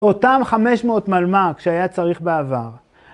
אותם 500 מלמ״ק שהיה צריך בעבר.